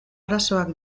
arazoak